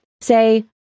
Say